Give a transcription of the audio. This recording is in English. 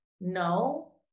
no